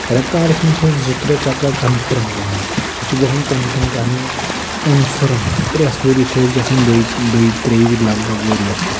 رٮ۪تہٕ کالَس مَنٛز چھِ أسۍ زٕ ترٛےٚ چَکَر کَنفٲرٕم دِوان أسۍ چھِ گَژھان کیٚمپِنٛگ کَرنہِ کَنفٲرٕم پرٛتھ ؤریہِ چھِ أسۍ گَژھان دۄیہِ دۄیہِ ترٛیٚیہِ وِرِ لگ بگ ؤریَس مَنٛز